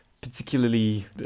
particularly